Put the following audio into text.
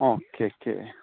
okay okay